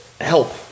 help